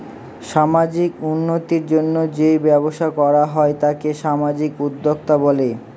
সামাজিক উন্নতির জন্য যেই ব্যবসা করা হয় তাকে সামাজিক উদ্যোক্তা বলে